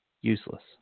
useless